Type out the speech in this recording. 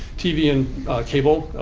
tv and cable,